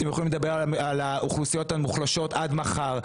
אתם יכולים לדבר על האוכלוסיות המוחלשות עד מחר,